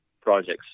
projects